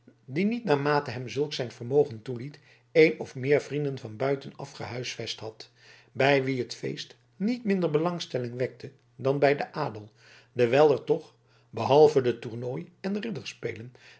die niet naarmate hem zulks zijn vermogen toeliet een of meer vrienden van buiten af gehuisvest had bij wie het feest niet minder belangstelling wekte dan bij den adel dewijl er toch behalve de tornooi en ridderspelen